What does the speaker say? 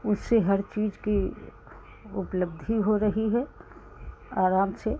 उससे हर चीज़ की उपलब्धि हो रही है आराम से